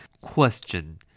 Question